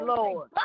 Lord